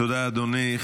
תודה, אדוני.